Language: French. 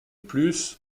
plus